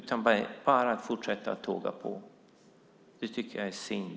Hon bara fortsätter att tåga på. Det tycker jag är synd.